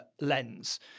lens